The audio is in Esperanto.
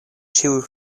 ĉiuj